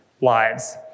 lives